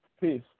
Peace